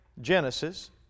Genesis